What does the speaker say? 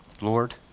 Lord